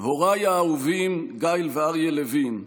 הוריי האהובים, גאיל ואריה לוין,